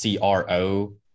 cro